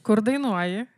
kur dainuoji